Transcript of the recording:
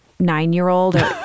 nine-year-old